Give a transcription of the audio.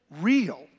real